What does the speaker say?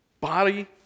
body